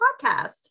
podcast